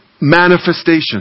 manifestation